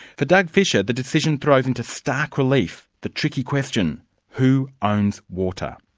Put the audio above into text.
for doug fisher the decision throws into stark relief the tricky question who owns water?